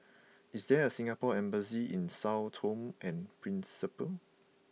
is there a Singapore Embassy in Sao Tome and Principe